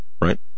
Right